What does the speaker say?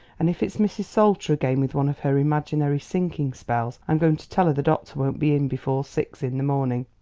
and if it's mrs. salter again with one of her imaginary sinking spells i'm going to tell her the doctor won't be in before six in the morning.